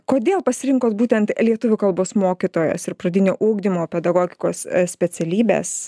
kodėl pasirinkot būtent lietuvių kalbos mokytojos ir pradinio ugdymo pedagogikos specialybes